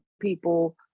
people